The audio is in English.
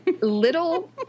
little